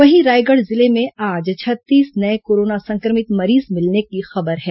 वहीं रायगढ़ जिले में आज छत्तीस नये कोरोना संक्रमित मरीज मिलने की खबर है